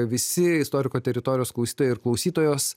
visi istoriko teritorijos klausytojai ir klausytojos